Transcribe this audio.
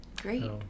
Great